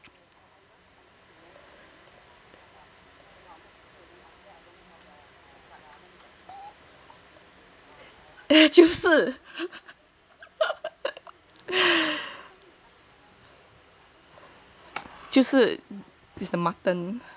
oh 就是就是 is the mutton